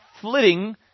flitting